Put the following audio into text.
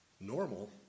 normal